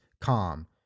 calm